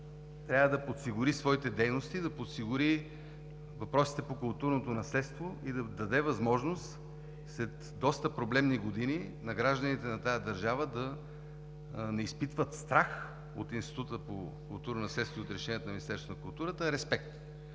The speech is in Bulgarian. трябва да подсигури своите дейности, да подсигури въпросите по културното наследство и да даде възможност след доста проблемни години на граждани на тази държава да не изпитват страх от Института по културно наследство и от решенията на Министерството на културата, а респект.